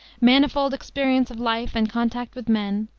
manifold experience of life and contact with men,